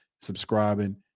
subscribing